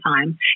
time